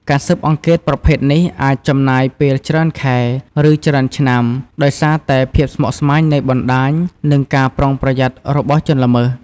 ការស៊ើបអង្កេតប្រភេទនេះអាចចំណាយពេលច្រើនខែ ឬច្រើនឆ្នាំ ដោយសារតែភាពស្មុគស្មាញនៃបណ្តាញ និងការប្រុងប្រយ័ត្នរបស់ជនល្មើស។